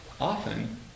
often